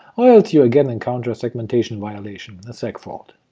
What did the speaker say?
or else you again encounter a segmentation violation, a segfault.